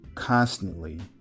constantly